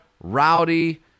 Rowdy